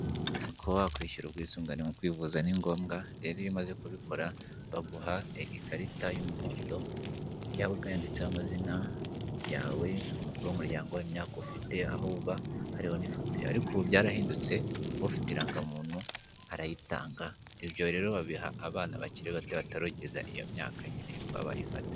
Kuba wakwishyura ubwisungane mu kwivuza ni ngombwa, rero iyo umaze kubikora baguha ikarita y'umuhondo, yabaga yanditseho amazina yawe, umukuru w'umuryango, imyaka ufite, aho uba, hariho n'ifoto yawe. Ariko ubu byarahindutse, ufite irangamuntu arayitanga, ibyo rero babiha abana bakiri bato batarageza iyo myaka nyine yo kuba bayifata.